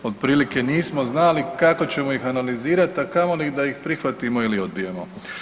Otprilike nismo znali kako ćemo analizirati a kamoli da ih prihvatimo ili odbijemo.